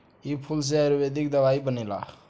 ए फूल से आयुर्वेदिक दवाई बनेला